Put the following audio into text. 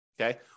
Okay